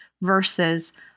versus